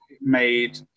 made